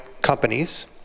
companies